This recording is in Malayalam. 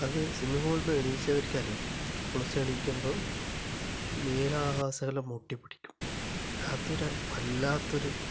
അത് സ്വിമ്മിംഗ് പൂളില്നിന്ന് എഴുന്നേറ്റവർക്ക് അറിയാം കുളിച്ച് എഴുന്നേല്ക്കുമ്പോള് മേലാസകലം ഒട്ടിപ്പിടിക്കും അതൊരു വല്ലാത്തൊരു